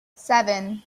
seven